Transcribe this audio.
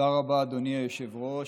תודה רבה, אדוני היושב-ראש.